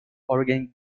oregon